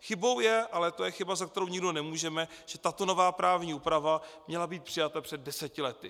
Chybou je, ale to je chyba, za kterou nikdo nemůžeme, že tato nová právní úprava měla být přijata před deseti lety.